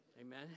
Amen